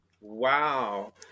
wow